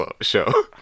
show